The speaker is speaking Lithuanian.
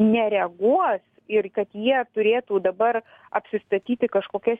nereaguos ir kad jie turėtų dabar apsistatyti kažkokia